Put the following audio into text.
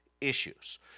issues